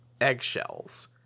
eggshells